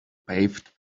paved